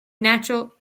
natural